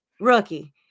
rookie